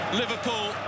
Liverpool